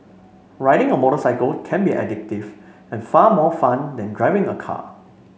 riding a motorcycle can be addictive and far more fun than driving a car